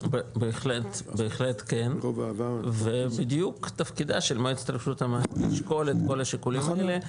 בהחלט כן ובדיוק תפקידה של מועצת רשות המים שכל השיקולים האלה,